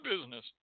business